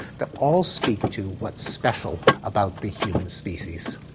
that all speak to what's special about the human species.